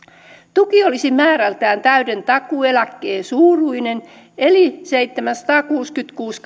tuki olisi määrältään täyden takuueläkkeen suuruinen eli seitsemänsataakuusikymmentäkuusi